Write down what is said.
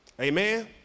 Amen